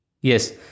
yes